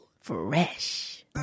Fresh